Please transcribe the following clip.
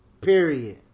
Period